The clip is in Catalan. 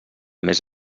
més